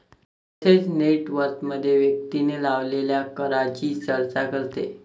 तसेच नेट वर्थमध्ये व्यक्तीने लावलेल्या करांची चर्चा करते